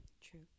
True